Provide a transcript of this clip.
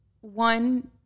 one